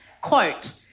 quote